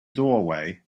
doorway